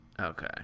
Okay